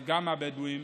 וגם הבדואי.